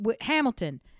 Hamilton